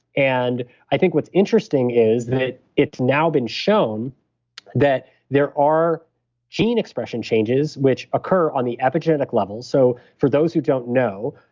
and i think what's interesting is that it's now been shown that there are gene expression changes which occur on the epigenetic level. so for those who don't know,